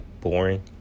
boring